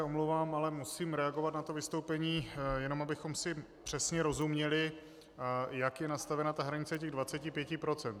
Omlouvám se, ale musím reagovat na to vystoupení, abychom si přesně rozuměli, jak je nastavena ta hranice 25 %.